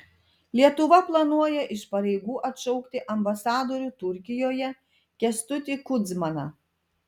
lietuva planuoja iš pareigų atšaukti ambasadorių turkijoje kęstutį kudzmaną